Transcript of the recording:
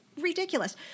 ridiculous